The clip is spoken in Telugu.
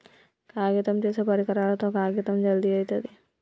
కాగితం చేసే పరికరాలతో కాగితం జల్ది అయితది